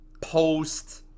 post